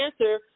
answer